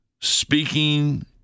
speaking